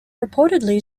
reportedly